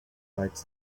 likes